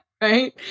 right